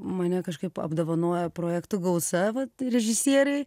mane kažkaip apdovanojo projektų gausa vat režisieriai